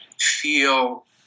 feel